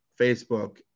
Facebook